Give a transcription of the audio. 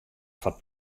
foar